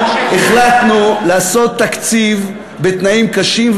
לא עזבת את "לה-לה-לנד" אנחנו החלטנו לעשות תקציב בתנאים קשים,